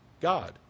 God